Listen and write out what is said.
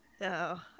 No